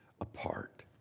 apart